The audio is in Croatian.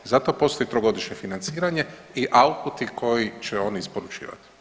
Zato postoji trogodišnje financiranje i outputi koji će oni isporučivati.